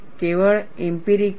કેવળ ઇમ્પિરિકલ